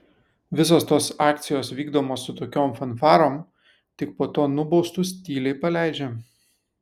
visos tos akcijos vykdomos su tokiom fanfarom tik po to nubaustus tyliai paleidžia